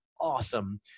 awesome